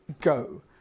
go